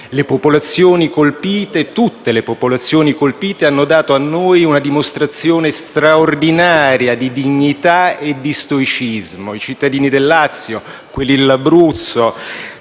alle popolazioni colpite. Tutte le popolazioni colpite hanno dato a noi una dimostrazione straordinaria di dignità e di stoicismo: i cittadini del Lazio, quelli dell'Abruzzo,